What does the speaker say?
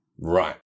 Right